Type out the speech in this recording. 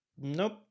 Nope